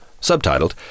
subtitled